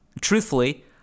truthfully